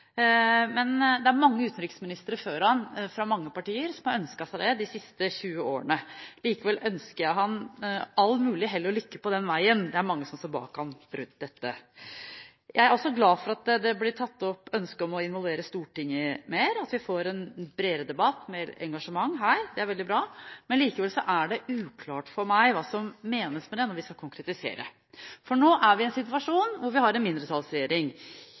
Men det er mange utenriksministre før ham, fra mange partier, som har ønsket seg det de siste 20 årene. Likevel ønsker jeg ham all mulig hell og lykke på den veien – det er mange som står bak ham i dette. Jeg er også glad for ønsket om å involvere Stortinget mer, at vi får en bredere debatt, mer engasjement her. Det er veldig bra, men likevel er det uklart for meg hva som menes med det når vi skal konkretisere. For nå er vi i en situasjon hvor vi har en mindretallsregjering,